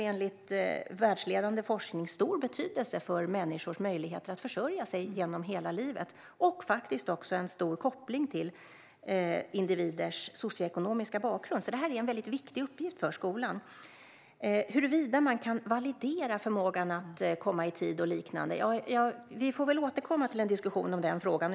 Enligt världsledande forskning har de stor betydelse för människors möjligheter att försörja sig genom hela livet och faktiskt också stark koppling till individers socioekonomiska bakgrund. Det här är alltså en viktig uppgift för skolan. Kan man validera förmågan att komma i tid och liknande? Vi får väl återkomma till en diskussion om den frågan.